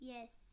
Yes